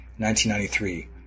1993